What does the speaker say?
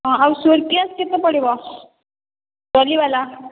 ହଁ ଆଉ ସୁଟକେସ୍ କେତେ ପଡ଼ିବ ଟଲିଵାଲା